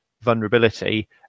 vulnerability